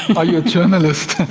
are you a journalist?